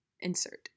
insert